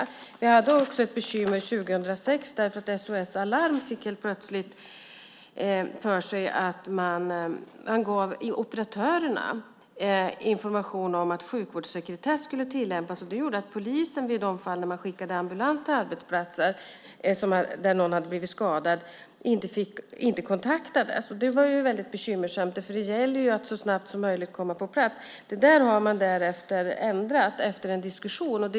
År 2006 hade vi ett bekymmer med att man på SOS Alarm helt plötsligt gav operatörerna information om att sjukvårdssekretess skulle tillämpas. Det gjorde att polisen i de fall där ambulans skickades till en arbetsplats där någon blivit skadad inte kontaktades. Det var väldigt bekymmersamt. Det gäller ju att så snabbt som möjligt vara på plats. Det där har senare efter en diskussion ändrats.